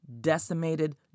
decimated